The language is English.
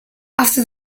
after